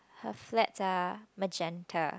her flats are magenta